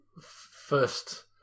first